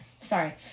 sorry